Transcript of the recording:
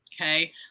Okay